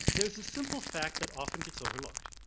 there is a simple fact that often gets overlooked.